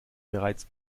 bereits